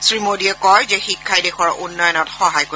শ্ৰীমোদীয়ে কয় যে শিক্ষাই দেশৰ উন্নয়নত সহায় কৰিব